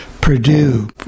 Purdue